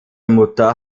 mutter